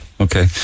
okay